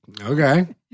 okay